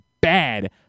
bad